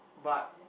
but